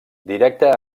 directe